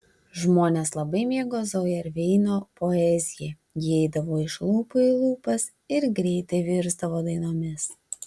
žmonės labai mėgo zauerveino poeziją ji eidavo iš lūpų į lūpas ir greitai virsdavo dainomis